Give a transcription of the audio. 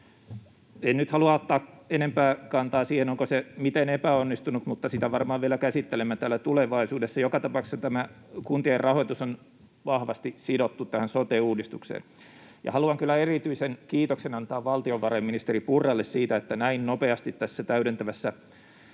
En nyt halua ottaa enempää kantaa siihen, onko se miten epäonnistunut, mutta sitä varmaan vielä käsittelemme täällä tulevaisuudessa. Joka tapauksessa tämä kuntien rahoitus on vahvasti sidottu sote-uudistukseen. Haluan kyllä antaa erityisen kiitoksen valtiovarainministeri Purralle siitä, että näin nopeasti tässä täydentävässä